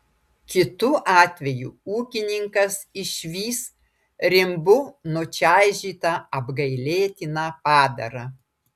kitu atveju ūkininkas išvys rimbu nučaižytą apgailėtiną padarą